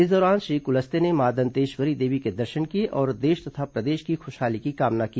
इस दौरान श्री क्लस्ते ने मां दंतेश्वरी देवी के दर्शन किए और देश तथा प्रदेश की ख्शहाली की कामना की